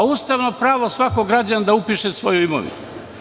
Ustavno pravo svakog građanina da upiše svoju imovinu.